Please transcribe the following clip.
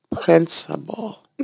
Principle